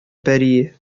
пәрие